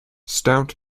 stout